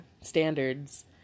standards